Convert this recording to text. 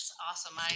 Awesome